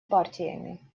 партиями